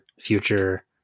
future